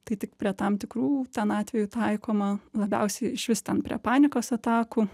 tai tik prie tam tikrų ten atvejų taikoma labiausiai išvis ten prie panikos atakų